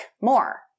more